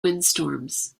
windstorms